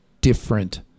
different